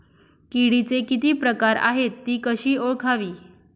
किडीचे किती प्रकार आहेत? ति कशी ओळखावी?